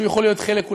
שהוא יכול להיות חלק,